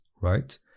right